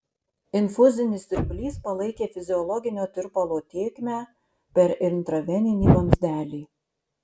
infuzinis siurblys palaikė fiziologinio tirpalo tėkmę per intraveninį vamzdelį